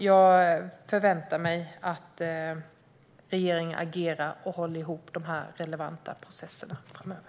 Jag förväntar mig att regeringen agerar och håller ihop de relevanta processerna framöver.